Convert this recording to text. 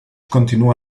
continua